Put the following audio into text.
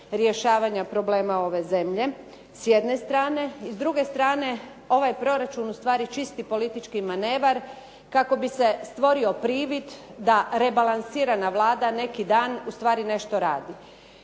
rješavanja problema ove zemlje s jedne strane. I s druge strane, ovaj proračun je ustvari čisti politički manevar kako bi se stvorio privid da rebalansirana Vlada neki dan ustvari nešto radi.